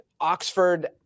Oxford